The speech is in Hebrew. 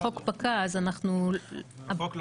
החוק פקע, אז אנחנו --- החוק לא פקע.